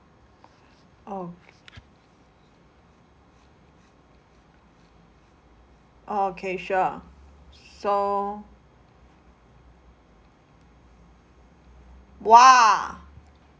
oh orh okay sure so !wah!